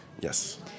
yes